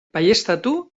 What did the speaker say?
baieztatu